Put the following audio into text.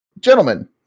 Gentlemen